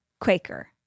Quaker